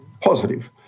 positive